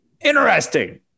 interesting